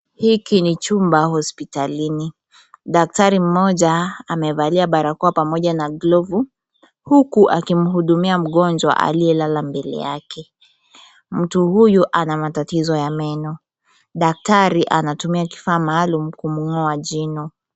Hiki ni chumba hospitalini. Daktari mmoja amevalia barakoa pamoja na glovu huku akimuhudumia mgonjwa aliyelala mbele yake. Mtu huyu ana matatizo ya meno. Daktari anatumia kifaa maalum kumng'oa jino.